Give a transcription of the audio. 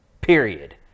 period